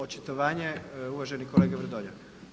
Očitovanje uvaženi kolega Vrdoljak.